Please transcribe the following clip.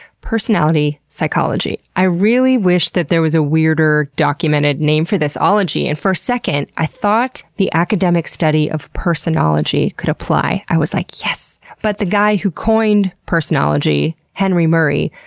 personality psychology. i really wish that there was a weirder, documented name for this ology, and for a second i thought the academic study of personology could apply. i was like, yes! but the guy that coined personology, henry murray,